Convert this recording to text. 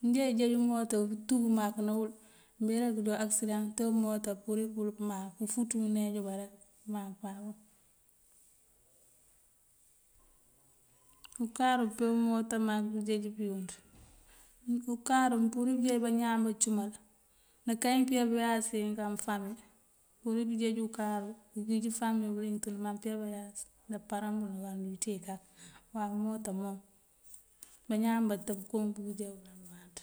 mёnjá ijej umoota kё tuk mak náwul mbeeráţ kёdo aksidan te umoota pύuri apύurir pёwёlu pёmáak ufuţ wuŋ neejuba rek pёmáak páapan ukáaru pe umoota mak pёjej pёyύunţ. Ukáaru mёmpύurir pёjej bañáan bacύmal ndákayink pёyá bayáas an fami, mёmpύurir pёjej ukáaru kёgíj famiyu bёliyёng tu kёmaŋ pёyá bayáas ndaparan bul uwar ndёwiţe kak maa umoota mom bañáan batёb koo pёgíjá wul o bawáanţ.